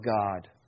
God